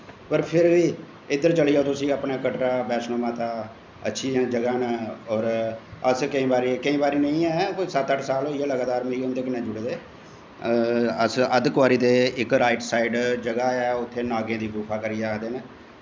फिर बी इद्धर चली जाओ तुस बैष्णो देवी कटराअच्छियां जगह् नै और अस केईं बारी केेईं बारी नेईं सत्त अट्ट साल होईये मिगी उंदे कन्नैं जुड़े दे अस अध्द कवारी दे इक राईट साईड इक जगह् ऐ उत्थें नागें दी जगह् करी आखदे नै